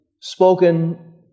spoken